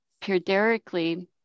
periodically